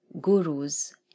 gurus